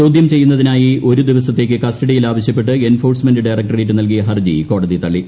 ചോദ്യം ചെയ്യുന്നതിനായി ഒരു ദിവസത്തേക്ക് കസ്റ്റഡിയിൽ ആവശ്യപ്പെട്ട് എൻഫോഴ്സ്മെന്റ് ഡയറക്ടറേറ്റ് നൽകിയ ഹർജി കോടതി തള്ളി